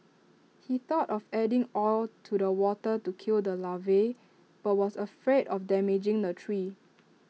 he thought of adding oil to the water to kill the larvae but was afraid of damaging the tree